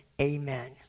Amen